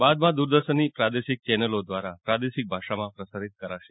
બાદમાં દૂરદર્શનની પ્રાદેશિક ચેનલો દ્વારા પ્રાદેશિક ભાષામાં પ્રસારિત કરાશે